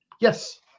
Yes